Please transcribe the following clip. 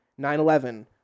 9-11